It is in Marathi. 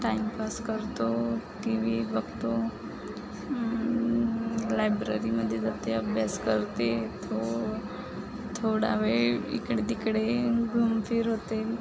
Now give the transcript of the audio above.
टाईमपास करतो टी वी बघतो लायब्ररीमध्ये जाते अभ्यास करते थो थोडा वेळ इकडे तिकडे घुमफिर होते